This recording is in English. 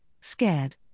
scared